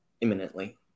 imminently